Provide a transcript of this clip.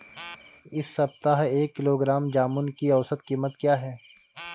इस सप्ताह एक किलोग्राम जामुन की औसत कीमत क्या है?